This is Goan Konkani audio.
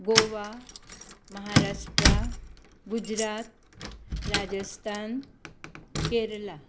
गोवा महाराष्ट्रा गुजरात राजस्थान केरळा